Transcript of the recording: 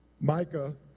Micah